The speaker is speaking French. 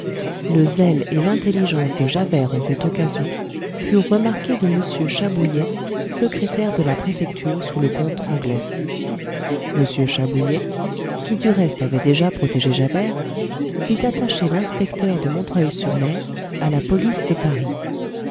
le zèle et l'intelligence de javert en cette occasion furent remarqués de mr chabouillet secrétaire de la préfecture sous le comte anglès mr chabouillet qui du reste avait déjà protégé javert fit attacher l'inspecteur de montreuil sur mer à la police de paris